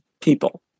people